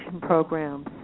programs